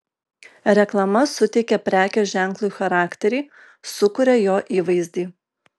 reklama suteikia prekės ženklui charakterį sukuria jo įvaizdį